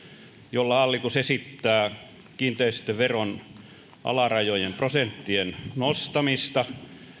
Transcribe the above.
jolla hallitus esittää kiinteistöveron alarajojen prosenttien nostamista